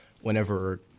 whenever